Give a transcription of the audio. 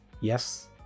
Yes